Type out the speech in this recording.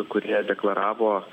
kurie deklaravo